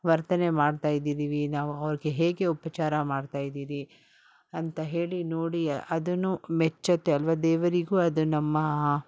ವರ್ತನೆ ಮಾಡ್ತಾಯಿದ್ದಿದ್ದೀವಿ ನಾವು ಅವ್ರಿಗೆ ಹೇಗೆ ಉಪಚಾರ ಮಾಡ್ತಾಯಿದ್ದೀರಿ ಅಂತ ಹೇಳಿ ನೋಡಿ ಅದನ್ನೂ ಮೆಚ್ಚತ್ತೆ ಅಲ್ವ ದೇವರಿಗೂ ಅದು ನಮ್ಮ